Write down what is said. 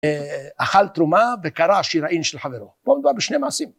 אכל תרומה וקרע שיראין של חברו, פה מדובר בשני מעשים.